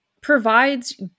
provides